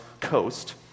coast